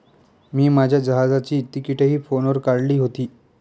मी माझ्या जहाजाची तिकिटंही फोनवर काढली होती